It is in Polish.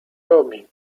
robi